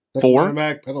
Four